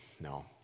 No